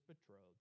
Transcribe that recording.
betrothed